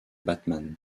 batman